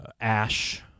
Ash